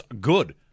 good